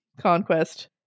conquest